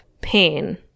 pain